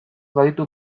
baditu